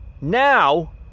Now